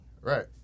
Right